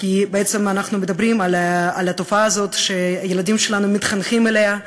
כי בעצם אנחנו מדברים על התופעה הזאת שהילדים שלנו מתחנכים עליה,